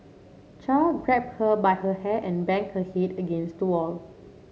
char grabbed her by her hair and banged her head against the wall